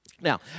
Now